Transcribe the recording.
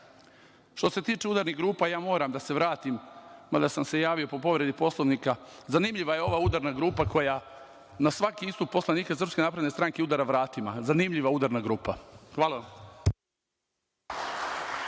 se tiče udarnih grupa, moram da se vratim, mada sam se javio po povredi Poslovnika, zanimljiva je ova udarna grupa koja na svaki istup poslanika SNS udara vratima, zanimljiva udarna grupa. Hvala.